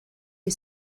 you